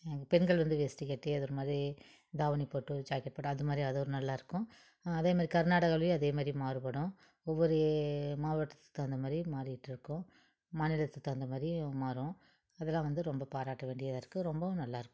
அங்கே பெண்கள் வந்து வேஸ்டி கட்டி அது ஒருமாதிரி தாவணி போட்டு ஜாக்கெட் போட்டு அதுமாதிரி அது ஒரு நல்லாயிருக்கும் அதேமாதிரி கர்நாடகாவிலையும் அதேமாதிரி மாறுபடும் ஒவ்வொரு மாவட்டத்துக்கு தவுந்தமாதிரி மாறிக்கிட்டிருக்கும் மாநிலத்துக்கு தவுந்தமாதிரியும் மாறும் அதெல்லாம் வந்து ரொம்ப பாராட்ட வேண்டியதாக இருக்குது ரொம்பவும் நல்லாயிருக்கும்